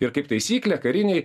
ir kaip taisyklė kariniai